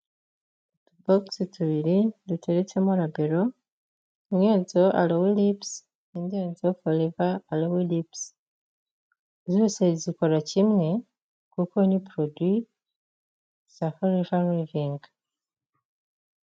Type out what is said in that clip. Utubogisi tubiri, duteretsemo Rabero mwenso alowilips indinzo faliver allips zose zikora kimwe kuko ni produt sarfationlling.